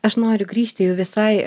aš noriu grįžti jau visai